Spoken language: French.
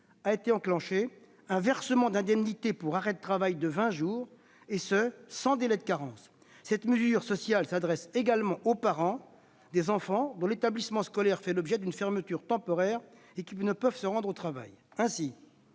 prévoit le versement d'indemnités pour arrêt de travail de vingt jours, sans délai de carence ; cette mesure sociale bénéficie également aux parents des enfants dont l'établissement scolaire fait l'objet d'une fermeture temporaire et qui ne peuvent se rendre au travail. Les